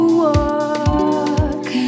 walk